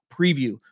preview